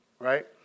Right